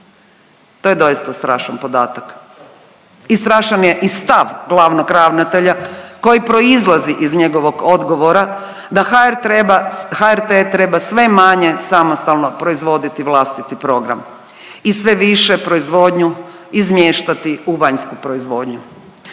To je doista strašan podatak i strašan je i stav glavnog ravnatelja koji proizlazi iz njegovog odgovora da HRT treba sve manje samostalno proizvoditi vlastiti program i sve više proizvodnju izmještati u vanjsku proizvodnju.